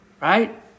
Right